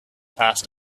asked